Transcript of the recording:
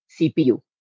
CPU